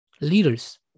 leaders